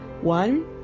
One